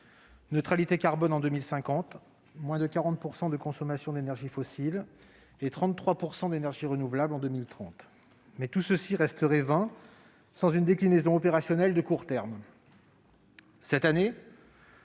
neutralité carbone en 2050, moins de 40 % de consommation d'énergie fossile et 33 % d'énergies renouvelables en 2030. Mais tout cela resterait vain sans une déclinaison opérationnelle de court terme. Cette année,